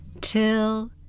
till